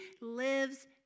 lives